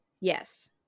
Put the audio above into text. Yes